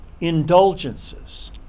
indulgences